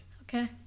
Okay